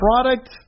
product